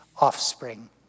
offspring